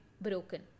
broken